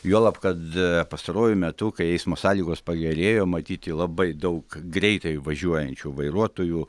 juolab kad pastaruoju metu kai eismo sąlygos pagerėjo matyti labai daug greitai važiuojančių vairuotojų